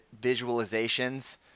visualizations